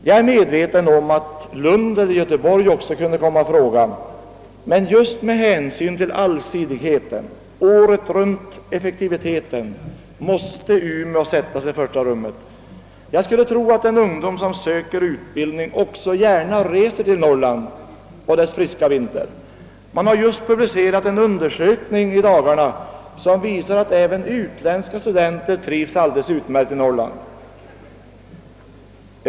Jag är medveten om att Lund eller Göteborg också kunde komma i fråga. Men just med hänsyn till allsidigheten och året-runt-effektiviteten måste Umeå sättas i första rummet. Jag skulle tro att den ungdom som söker utbildning också gärna reser till Norrland och dess friska vinter. I dagarna har publicerats en undersökning som visar att även utländska studenter trivs alldeles utmärkt i Norrland.